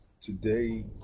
Today